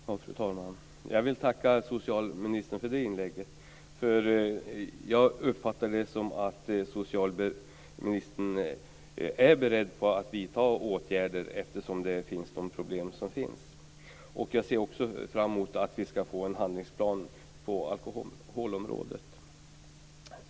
Fru talman! Jag vill tacka socialministern för det senaste inlägget. Jag uppfattar att socialministern är beredd att vidta åtgärder med tanke på de problem som finns. Jag ser också fram emot att få en handlingsplan på alkoholområdet.